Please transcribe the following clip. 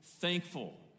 thankful